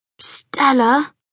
Stella